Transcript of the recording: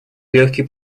легкой